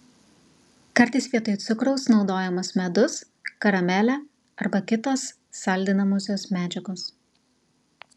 kartais vietoj cukraus naudojamas medus karamelė arba kitos saldinamosios medžiagos